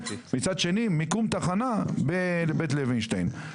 מצד שני מיקום תחנה בבית לוינשטיין.